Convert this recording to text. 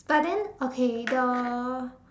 but then okay the